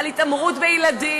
על התעמרות בילדים.